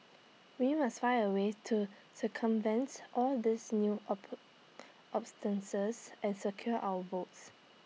we must find A way to circumvent all these new and secure our votes